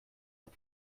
und